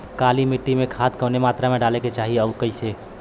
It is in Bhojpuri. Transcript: काली मिट्टी में खाद कवने मात्रा में डाले के चाही अउर कइसे?